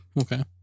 okay